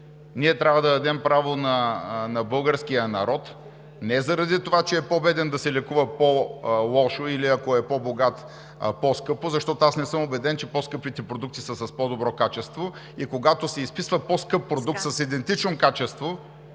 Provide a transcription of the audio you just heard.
ние трябва да дадем право на българския народ не заради това, че е по-беден, да се лекува по лошо, или ако е по-богат – по-скъпо. Аз не съм убеден, че по-скъпите продукти са с по-добро качество, и когато се изписва по-скъп продукт с идентично качество,